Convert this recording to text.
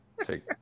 take